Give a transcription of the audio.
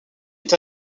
est